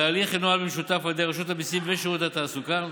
התהליך ינוהל במשותף על ידי רשות המיסים ושירות התעסוקה,